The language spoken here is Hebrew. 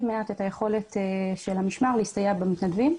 מעט את היכולת של המשמר ולהסתייע במתנדבים.